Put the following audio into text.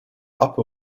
upper